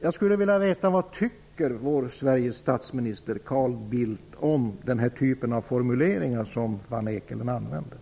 Jag skulle vilja veta vad statsminister Carl Bildt tycker om den här typen av formuleringar som van Eekelen använder.